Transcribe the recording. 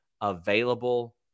available